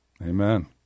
Amen